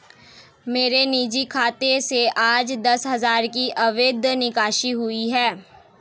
मेरे निजी खाते से आज दस हजार की अवैध निकासी हुई है